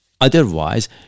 Otherwise